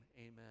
amen